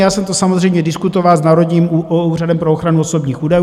Já jsem to samozřejmě diskutoval s Národním úřadem pro ochranu osobních údajů.